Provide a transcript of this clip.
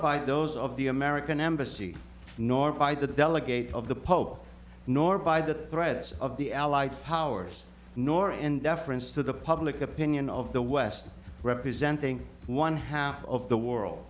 by those of the american embassy nor by the delegate of the pope nor by the threads of the allied powers nor in deference to the public opinion of the west representing one half of the world